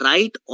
Right